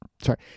sorry